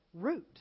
root